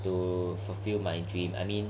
to fulfilled my dream I mean